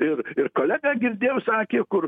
ir ir kolega girdėjau sakė kur